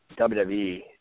WWE